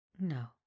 No